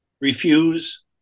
refuse